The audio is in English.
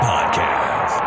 Podcast